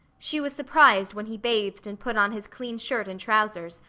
she was surprised when he bathed and put on his clean shirt and trousers,